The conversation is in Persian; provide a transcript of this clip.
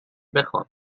بخوابد